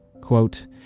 Quote